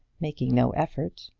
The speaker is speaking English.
making no effort,